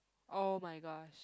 oh-my-gosh